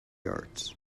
arts